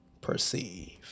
perceive